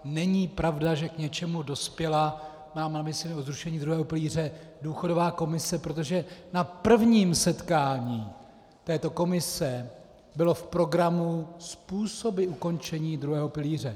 Není pravda, že k něčemu dospěla mám na mysli zrušení druhého pilíře důchodová komise, protože na prvním setkání této komise byly v programu způsoby ukončení druhého pilíře.